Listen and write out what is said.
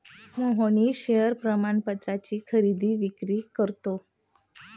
Mohnish share प्रमाणपत्राची खरेदी विक्री करतो